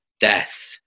death